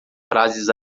frases